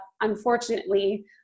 unfortunately